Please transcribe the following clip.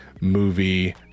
movie